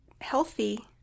healthy